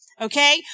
Okay